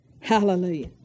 hallelujah